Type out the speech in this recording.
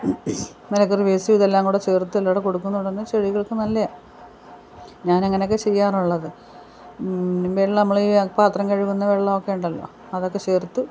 മലക്കറി വേസ്റ്റും ഇതെല്ലാം കൂടെ ചേർത്തെല്ലാം കൂടെ കൊടുക്കുന്നൊണ്ടന്നെ ചെടികൾക്ക് നല്ലതായാണ് ഞാനങ്ങനൊക്കെ ചെയ്യാറുള്ളത് വെള്ളം നമ്മളീ പാത്രം കഴുകുന്ന വെള്ളോക്കെയുണ്ടല്ലോ അതൊക്കെ ചേർത്ത്